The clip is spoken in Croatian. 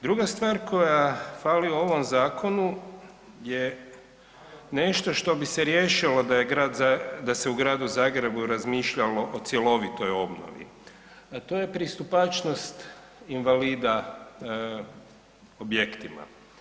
Druga stvar koja fali u ovom Zakonu je nešto što bi se riješilo da je Grad Zagreb, da se u Gradu Zagrebu razmišljalo o cjelovitoj obnovi, a to je pristupačnost invalida objektima.